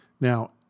Now